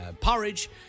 porridge